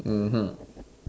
mmhmm